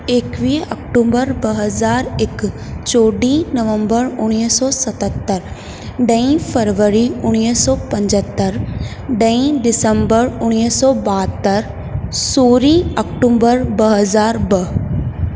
एकवीह अक्टूबर ॿ हज़ार हिकु चोॾहीं नवंबर उणिवीह सौ सतहतरि ॾही फरवरी उणिवीह सौ पंजहतरि ॾही ॾिसंबर उणिवीह सौ ॿाहतरि सोरहीं अक्टूबर ॿ हज़ार ॿ